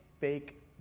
fake